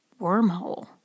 wormhole